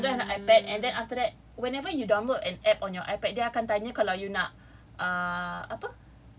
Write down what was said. she download on iPad and then after that whenever you download an app on your iPad dia akan tanya kalau you nak err apa